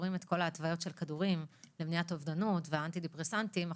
כשקוראים את כל ההתוויות של כדורים למניעת אובדנות והאנטי דיפרסנטיים,